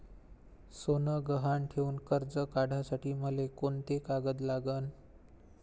सोनं गहान ठेऊन कर्ज काढासाठी मले कोंते कागद लागन?